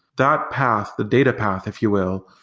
that path, the data path if you will,